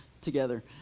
together